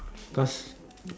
pasr